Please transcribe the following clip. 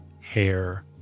hair